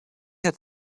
had